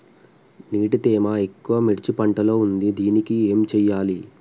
నీటి తేమ ఎక్కువ మిర్చి పంట లో ఉంది దీనికి ఏం చేయాలి?